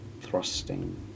thrusting